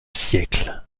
siècles